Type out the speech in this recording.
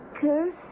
curse